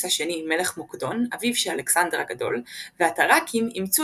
השני מלך מוקדון אביו של אלכסנדר הגדול והתראקים אימצו